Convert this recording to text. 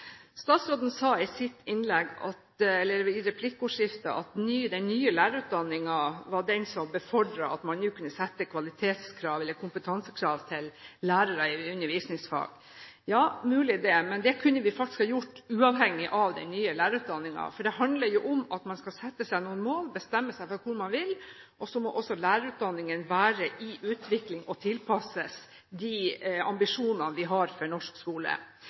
Statsråden sa i replikkordskiftet at den nye lærerutdanningen var det som befordret at man nå kunne sette kvalitetskrav eller kompetansekrav til lærere i undervisningsfag. Ja, det er mulig det, men det kunne vi faktisk ha gjort uavhengig av den nye lærerutdanningen, for det handler om at man skal sette seg noen mål, bestemme seg for hvor man vil, og da må også lærerutdanningen være i utvikling og tilpasses de ambisjonene vi har for norsk skole.